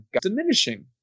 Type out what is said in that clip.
diminishing